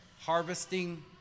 harvesting